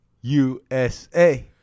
USA